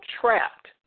trapped